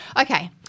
Okay